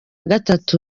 gatatu